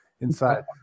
inside